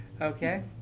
Okay